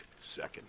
Second